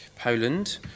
Poland